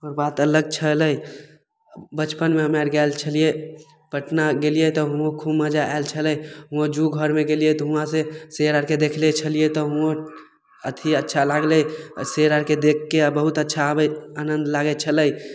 ओ बात अलग छलै बचपनमे हम्मे आर गेल छलियै पटना गेलियै तऽ हुओं खूब मजा आयल छलै हुओं जू घरमे गेलियै तऽ हुआँसँ शेर आरके देखले छलियै तऽ हुओं अथी अच्छा लागलइ शेर आरके देखिके बहुत अच्छा आबय आनन्द लागय छलै